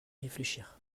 réfléchir